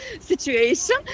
situation